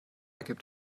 gibt